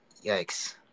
yikes